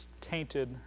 tainted